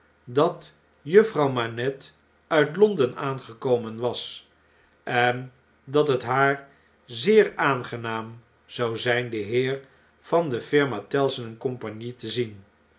dat juffrouw manette uit l o n d e n aangekomen was en dat het haar zeer aangenaam zou zh'n den heer van de firma tellson en compagnie te zien